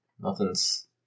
Nothing's